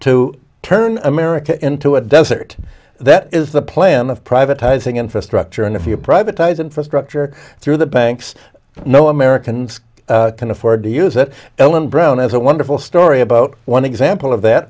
to turn america into a desert that is the plan of privatizing infrastructure and if you privatized infrastructure through the banks no americans can afford to use it ellen brown has a wonderful story about one example of that